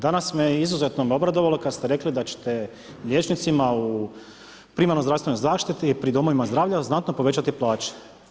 Danas me izuzeto obradovalo kad ste rekli da ćete liječnicima u primarnoj zdravstvenoj zaštiti pri domovima zdravlja znatno povećati plaće.